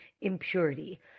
impurity